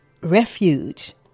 refuge